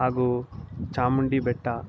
ಹಾಗೂ ಚಾಮುಂಡಿ ಬೆಟ್ಟ